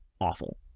awful